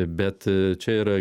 bet čia yra